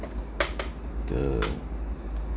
the